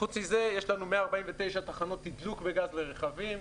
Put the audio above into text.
חוץ מזה, יש לנו 149 תחנות תדלוק בגז לרכבים,